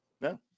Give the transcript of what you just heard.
No